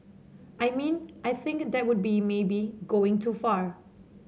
I mean I think that would be maybe going too far